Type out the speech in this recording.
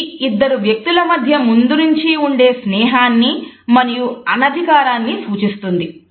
ఇది ఇద్దరు వ్యక్తుల మధ్య ముందు నుంచి ఉండే స్నేహాన్ని మరియు అనధికారాన్ని సూచిస్తుంది